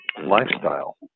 lifestyle